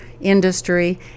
industry